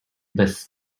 bez